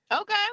Okay